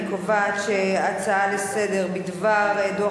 אני קובעת שההצעות לסדר-היום בדבר דוח